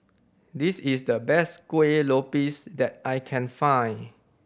this is the best Kueh Lopes that I can find